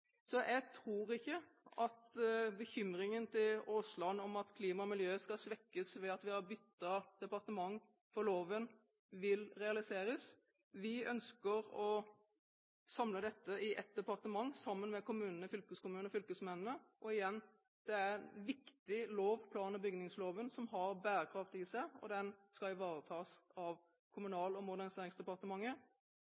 Jeg tror ikke at bekymringen til Aasland om at klima og miljø skal svekkes ved at vi har byttet departement for loven, vil realiseres. Vi ønsker å samle dette i ett departement sammen med kommunene, fylkeskommunene og fylkesmennene. Og igjen: Plan- og bygningsloven er en viktig lov som har bærekraft i seg, og den skal ivaretas av